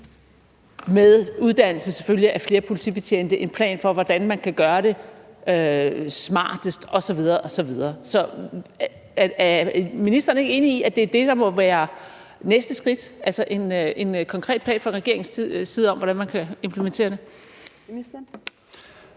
med uddannelse af flere politibetjente, en plan for, hvordan man kan gøre det smartest osv. osv. Er ministeren ikke enig i, at det er det, der må være det næste skridt, altså at der bliver fremlagt en konkret plan fra regeringens side for, hvordan man kan implementere det? Kl.